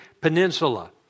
Peninsula